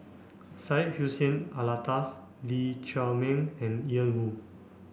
Syed Hussein Alatas Lee Chiaw Meng and Ian Woo